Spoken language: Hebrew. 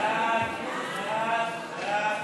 סעיפים 1 6 נתקבלו.